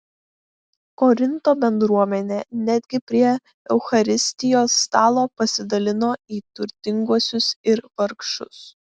korinto bendruomenė netgi prie eucharistijos stalo pasidalino į turtinguosius ir vargšus